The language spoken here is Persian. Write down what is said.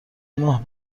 ماه